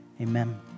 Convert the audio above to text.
Amen